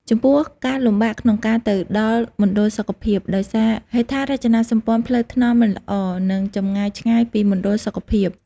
ចំពោះការលំបាកក្នុងការទៅដល់មណ្ឌលសុខភាព ដោយសារហេដ្ឋារចនាសម្ព័ន្ធផ្លូវថ្នល់មិនល្អ និងចម្ងាយឆ្ងាយពីរមណ្ឌលសុខភាព។